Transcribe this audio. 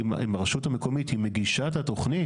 אם הרשות המקומית מגישה את התכונית,